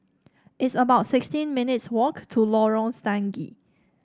it's about sixteen minutes' walk to Lorong Stangee